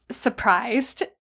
surprised